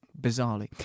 bizarrely